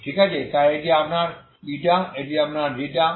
ঠিক আছে তাই এটি আপনার η এটি আপনার ξ